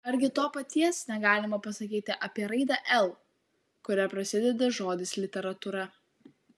argi to paties negalima pasakyti apie raidę l kuria prasideda žodis literatūra